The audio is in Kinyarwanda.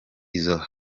izo